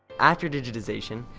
after digitization,